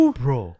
bro